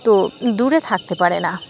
তো দূরে থাকতে পারে না